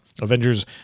Avengers